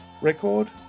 record